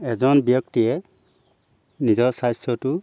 এজন ব্যক্তিয়ে নিজৰ স্বাস্থ্যটো